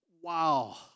wow